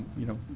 you know,